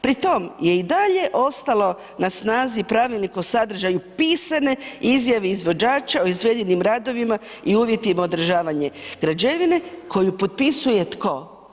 Pri tom je i dalje ostalo na snazi Pravilnik o sadržaju pisane izjave izvođača o izvedenim radovima i uvjetima održavanja građevine koju potpisuje, tko?